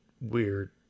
weird